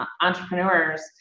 entrepreneurs